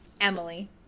emily